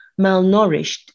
malnourished